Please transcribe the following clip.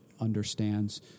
understands